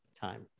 time